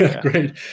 Great